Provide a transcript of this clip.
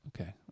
Okay